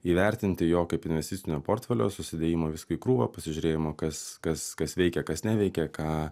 įvertinti jo kaip investicinio portfelio susidėjimo viską į krūvą pasižiūrėjimo kas kas kas veikia kas neveikia ką